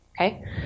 okay